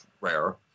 rare